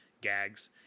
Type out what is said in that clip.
gags